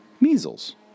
measles